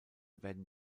werden